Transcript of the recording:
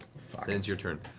that ends your turn.